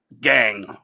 gang